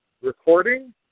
recording